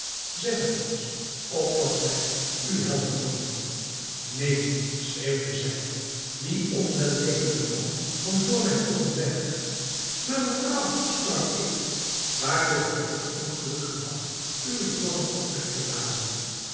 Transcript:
zeg het ons opdat wij u helpen mogen neemt schreeuwde zij dien onwellevenden man van voor mijne oogen weg maar mevrouw sprak ik waardoor heb ik het ongeluk gehad uwen toorn op mij te laden